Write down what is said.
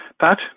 Pat